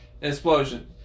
explosion